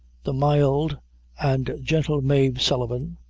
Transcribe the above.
the mild and gentle mave sullivan,